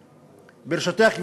ברשותך,